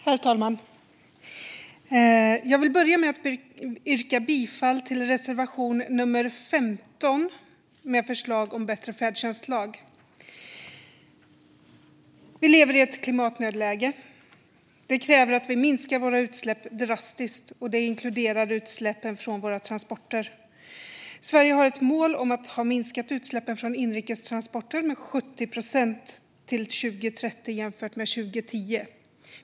Herr talman! Jag vill börja med att yrka bifall till reservation 15, där vi föreslår en bättre färdtjänstlag. Vi lever i ett klimatnödläge. Det kräver att vi minskar våra utsläpp drastiskt, och det inkluderar utsläppen från våra transporter. Sverige har ett mål om att ha minskat utsläppen från inrikestransporter med 70 procent till 2030 jämfört med 2010.